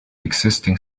existing